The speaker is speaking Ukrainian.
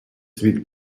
світ